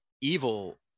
evil